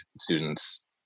students